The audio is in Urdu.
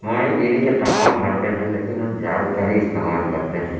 ماہی گیری کے تمام حربے ہیں لیکن ہم جال کا ہی استعمال کرتے ہیں